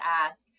ask